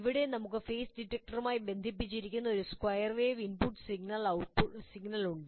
ഇവിടെ നമുക്ക് ഫേസ് ഡിറ്റക്ടറുമായി ബന്ധിപ്പിച്ചിരിക്കുന്ന ഒരു സ്ക്വയർ വേവ് ഇൻപുട്ട് സിഗ്നൽ ഉണ്ട്